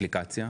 אפליקציה?